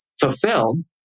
fulfilled